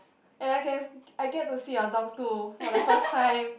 and I can I get to see your dog too for the first time